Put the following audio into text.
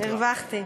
אוקיי, הרווחתי.